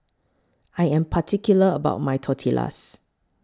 I Am particular about My Tortillas